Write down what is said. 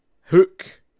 Hook